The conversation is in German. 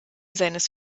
seines